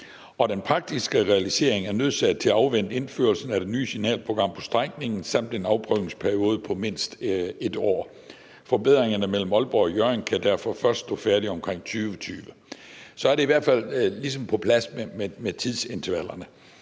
Den praktiske realisering er nødsaget til at afvente indførelsen af det nye signalprogram på strækningen samt en afprøvningsperiode på mindst 1 år. Forbedringerne mellem Aalborg og Hjørring kan derfor først stå færdige omkring 2020. Så er det i hvert fald ligesom på plads med tidsintervallerne.